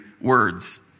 words